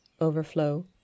overflow